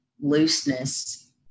looseness